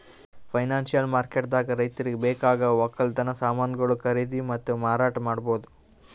financial ಮಾರ್ಕೆಟ್ದಾಗ್ ರೈತರಿಗ್ ಬೇಕಾಗವ್ ವಕ್ಕಲತನ್ ಸಮಾನ್ಗೊಳು ಖರೀದಿ ಮತ್ತ್ ಮಾರಾಟ್ ಮಾಡ್ಬಹುದ್